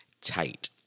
tight